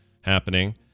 happening